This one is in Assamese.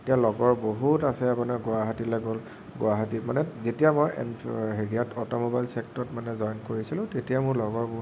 এতিয়া লগৰ বহুত আছে আপোনাৰ গুৱাহাটীলৈ গ'ল গুৱাহাটীত মানে যেতিয়া মই এনট্ৰ হেৰিয়াত অট' ম'বাইল ছেক্টৰত মানে জইন কৰিছিলোঁ তেতিয়া মোৰ লগৰবোৰ